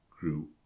grew